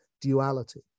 duality